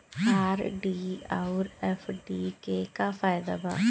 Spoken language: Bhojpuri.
आर.डी आउर एफ.डी के का फायदा बा?